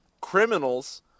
criminals